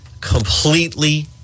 completely